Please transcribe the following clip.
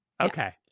okay